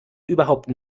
überhaupt